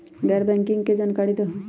गैर बैंकिंग के जानकारी दिहूँ?